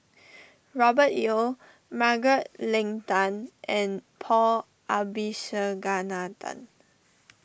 Robert Yeo Margaret Leng Tan and Paul Abisheganaden